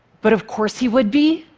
but of course he would be.